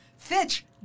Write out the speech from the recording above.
Fitch